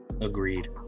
Agreed